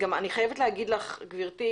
תומר.